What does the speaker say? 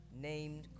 named